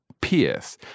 Pierce